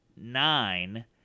nine